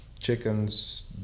chickens